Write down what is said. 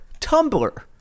Tumblr